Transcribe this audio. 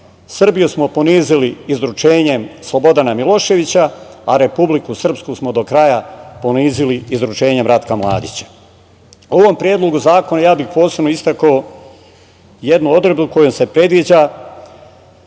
Srbiju smo ponizili izručenjem Slobodana Miloševića, a Republiku Srpsku smo do kraja ponizili izručenjem Ratka Mladića.U ovom Predlogu zakona ja bih posebno istakao jednu odredbu kojom se predviđa